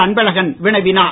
அன்பழகன் வினவினார்